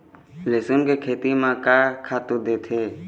लेसुन के खेती म का खातू देथे?